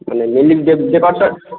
মানে মেনলি যে যে পার্টটা